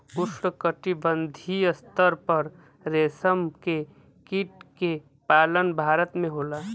उष्णकटिबंधीय स्तर पर रेशम के कीट के पालन भारत में होला